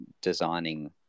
designing